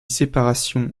séparation